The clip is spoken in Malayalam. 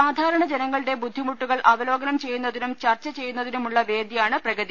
സാധാരണ ജനങ്ങളുടെ ബുദ്ധിമുട്ടുകൾ അവലോകനം ചെയ്യുന്നതിനും ചർച്ച ചെയ്യുതിനുമുള്ള വേദിയാണ് പ്രഗതി